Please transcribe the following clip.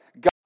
God